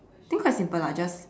think quite simple lah just